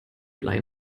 blei